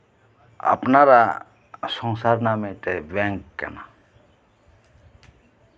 ᱟᱯᱱᱟᱨᱟᱜ ᱥᱚᱝᱥᱟᱨ ᱨᱮᱭᱟᱜ ᱢᱤᱫᱴᱮᱡ ᱵᱮᱝᱠ ᱠᱟᱱᱟ